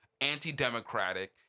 anti-democratic